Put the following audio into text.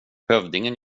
hövdingen